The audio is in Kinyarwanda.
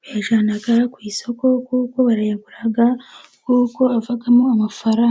bayajyana ku isoko, kuko barayagura, kuko avamo amafaranga.